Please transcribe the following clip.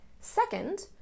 Second